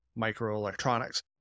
Microelectronics